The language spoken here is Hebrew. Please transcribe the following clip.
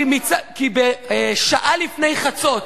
יוחנן, כי שעה לפני חצות,